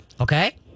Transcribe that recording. Okay